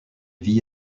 vit